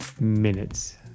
Minutes